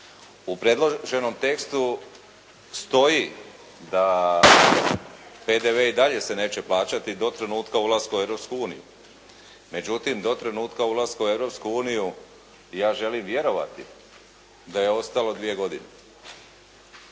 U predloženom tekstu stoji da PDV i dalje se neće plaćati do trenutka ulaska u Europsku uniju. Međutim, do trenutka ulaska u Europsku uniju ja želim vjerovati da je ostalo dvije godine.